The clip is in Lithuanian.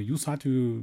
jūsų atveju